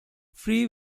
free